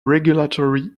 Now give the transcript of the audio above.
regulatory